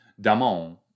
Damon